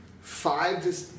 five